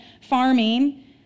farming